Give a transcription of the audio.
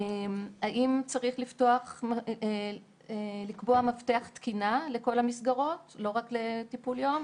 האם צריך לקבוע מפתח תקינה לכל המסגרות ולא רק לטיפול יום?